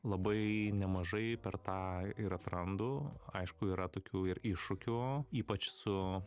labai nemažai per tą ir atrandu aišku yra tokių ir iššūkių ypač su